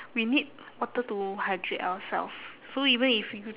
we need water to hydrate ourself so even if you